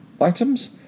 items